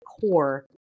core